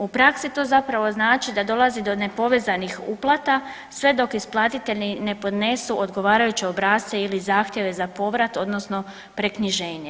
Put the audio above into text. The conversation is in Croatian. U praksi to zapravo znači da dolazi do nepovezanih uplata sve dok isplatitelji ne podnesu odgovarajuće obrasce ili zahtjeve za povrat odnosno preknjiženje.